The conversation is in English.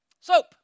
SOAP